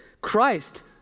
Christ